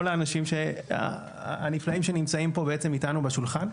האנשים הנפלאים שנמצאים פה איתנו בשולחן.